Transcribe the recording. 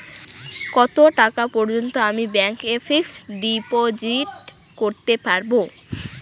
কত টাকা পর্যন্ত আমি ব্যাংক এ ফিক্সড ডিপোজিট করতে পারবো?